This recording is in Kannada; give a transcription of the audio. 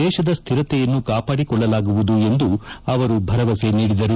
ದೇಶದ ಸ್ಥಿರತೆಯನ್ನು ಕಾಪಾಡಿಕೊಳ್ಳಲಾಗುವುದು ಎಂದು ಅವರು ಭರವಸೆ ನೀಡಿದರು